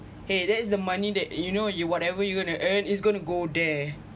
!hey! that is the money that you know you whatever you gonna earn it's going to go there